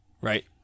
right